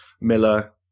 miller